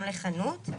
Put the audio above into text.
גם לחנות.